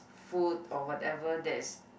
food or whatever that is